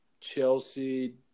Chelsea